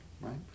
right